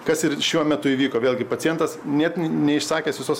kas ir šiuo metu įvyko vėlgi pacientas net neišsakęs visos